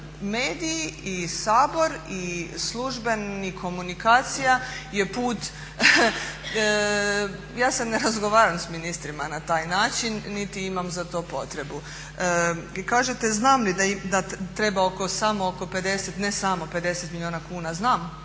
Mediji i Sabor i službena komunikacija je put, ja se ne razgovaram s ministrima na taj način niti imam za to potrebu. I kažete znam li da treba oko 50, ne samo 50 milijuna kuna, znam,